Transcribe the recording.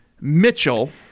mitchell